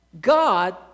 God